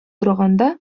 торганда